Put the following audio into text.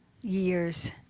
years